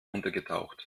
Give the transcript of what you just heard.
untergetaucht